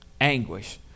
anguish